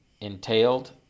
entailed